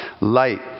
light